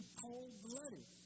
cold-blooded